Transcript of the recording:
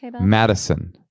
Madison